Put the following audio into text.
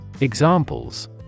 Examples